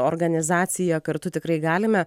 organizacija kartu tikrai galime